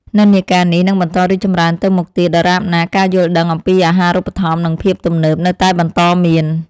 និន្នាការនេះនឹងបន្តរីកចម្រើនទៅមុខទៀតដរាបណាការយល់ដឹងអំពីអាហារូបត្ថម្ភនិងភាពទំនើបនៅតែបន្តមាន។